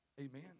Amen